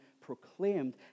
proclaimed